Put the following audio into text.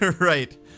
Right